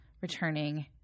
returning